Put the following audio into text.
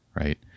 right